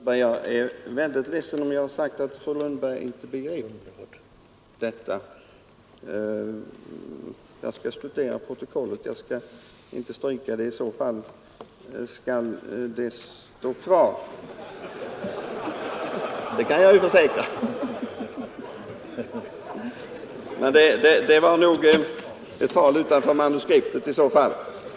Herr talman! Jag är väldigt ledsen om jag har sagt att fru Lundberg inte begriper detta. Jag skall studera protokollet, och har jag sagt det skall jag inte stryka ut det utan låta det stå kvar, det kan jag försäkra. Men det var nog i så fall utanför manuskriptet.